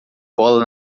bola